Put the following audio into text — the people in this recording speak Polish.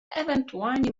ewentualnie